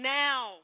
now